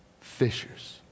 fishers